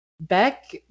beck